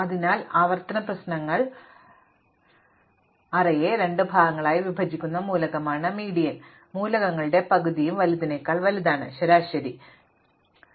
കാരണം അറേയെ രണ്ട് ഭാഗങ്ങളായി വിഭജിക്കുന്ന മൂലകമാണ് മീഡിയൻ മൂലകങ്ങളുടെ പകുതിയും വലുതിനേക്കാൾ വലുതാണ് ശരാശരി പകുതി ശരാശരിയേക്കാൾ ചെറുതാണ്